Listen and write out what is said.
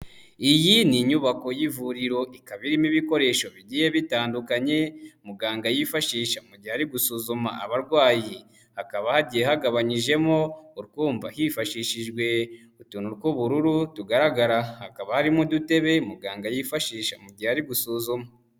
Iyi ni inyubako y'ivuriro ikaba irimo ibikoresho bigiye bitandukanye muganga yifashisha mu gihe ari gusuzuma abarwayi, hakaba hagiye hagabanyijemo utwumba hifashishijwe utuntu tw'ubururu tugaragara, hakaba harimo udutebe muganga yifashisha mu gihe ari gusuzuma.